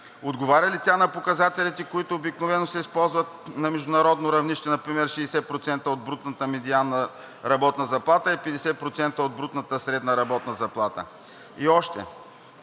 Отговаря ли тя на показателите, които обикновено се използват на международно равнище, например 60% от брутната медианна работна заплата и 50% от брутната средна работна заплата? И още